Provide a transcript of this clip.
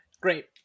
Great